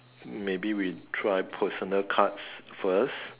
maybe we try personal cards first